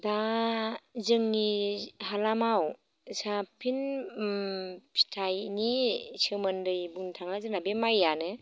दा जोंनि हालामाव साबसिन उम फिथाइनि सोमोन्दै बुंनो थाङो जोंना बे माइयानो